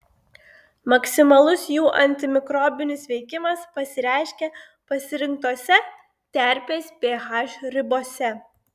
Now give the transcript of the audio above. maksimalus jų antimikrobinis veikimas pasireiškia pasirinktose terpės ph ribose